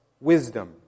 wisdom